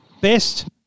best